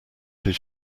his